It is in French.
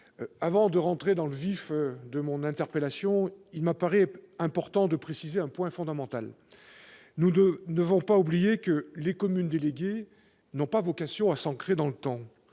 avant d'entrer dans le vif de mon interpellation, il me paraît important de préciser un point fondamental. Nous ne devons pas oublier que les communes déléguées n'ont pas vocation à s'ancrer dans le temps.